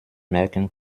merken